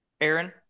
Aaron